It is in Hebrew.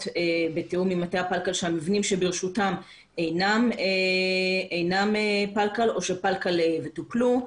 בתיאום עם מטה הפלקל שהמבנים שברשותם אינם פלקל או שהם פלקל וטופלו.